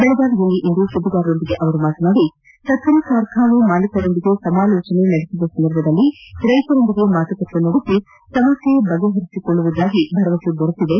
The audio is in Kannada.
ಬೆಳಗಾವಿಯಲ್ಲಿಂದು ಸುದ್ದಿಗಾರರೊಂದಿಗೆ ಮಾತನಾಡಿದ ಅವರು ಸಕ್ಕರೆ ಕಾರ್ಖಾನೆ ಮಾಲೀಕರ ಜೊತೆ ಸಮಾಲೋಚನೆ ನಡೆಸಿದ ಸಂದರ್ಭದಲ್ಲಿ ರೈತರೊಂದಿಗೆ ಮಾತುಕತೆ ನಡೆಸಿ ಸಮಸ್ಟೆ ಬಗೆಹರಿಸಿಕೊಳ್ಳುವುದಾಗಿ ಭರವಸೆ ದೊರೆತಿದೆ